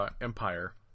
Empire